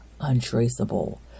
untraceable